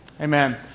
Amen